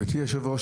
גברתי יושבת הראש,